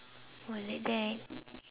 why like that